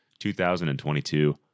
2022